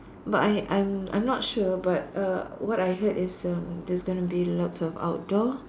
but I I'm I'm not sure but uh what I heard is uh there's going to be lots of outdoor